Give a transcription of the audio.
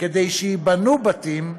כדי שייבנו בתים,